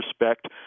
respect